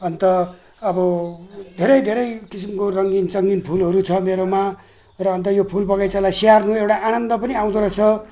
अन्त अब धेरै धेरै किसिमको रङ्गी चङ्गी फुलहरू छ मेरोमा र अन्त यो फुल बगैँचालाई स्याहार्नु एउटा आनन्द पनि आउँदो रहेछ